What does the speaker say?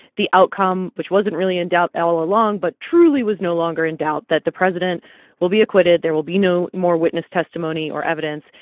the outcome, which wasn't really in doubt all along but truly was no longer in doubt that the president will be acquitted. there will be no more witness testimony or evidence,